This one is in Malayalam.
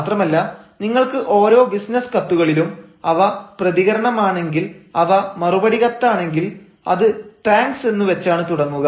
മാത്രമല്ല നിങ്ങൾക്ക് ഓരോ ബിസിനസ് കത്തുകളിലും അവ പ്രതികരണമാണെങ്കിൽ അവ മറുപടി കത്താണെങ്കിൽ അത് താങ്ക്സ് എന്ന് വെച്ചാണ് തുടങ്ങുക